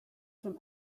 from